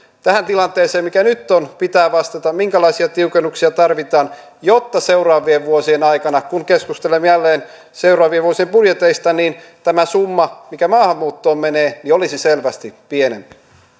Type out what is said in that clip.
tähän tilanteeseen mikä nyt on pitää vastata minkälaisia tiukennuksia tarvitaan jotta seuraavien vuosien aikana kun keskustelemme jälleen seuraavien vuosien budjeteista tämä summa mikä maahanmuuttoon menee olisi selvästi pienempi